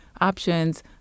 options